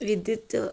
విద్యుత్